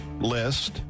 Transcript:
list